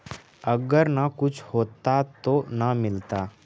अगर न कुछ होता तो न मिलता?